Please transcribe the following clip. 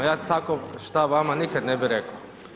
Ja tako šta vama nikad ne bi rekao.